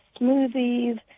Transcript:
smoothies